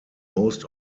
most